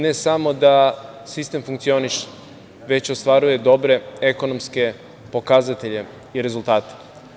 Ne samo da sistem funkcioniše, već ostvaruje dobre ekonomske pokazatelje i rezultate.